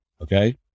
Okay